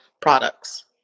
products